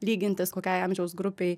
lygintis kokiai amžiaus grupei